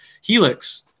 Helix